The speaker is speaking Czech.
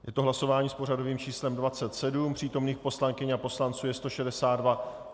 Je to hlasování s pořadovým číslem 27, přítomných poslankyň a poslanců je 162.